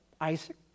Isaac